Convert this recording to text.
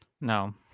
no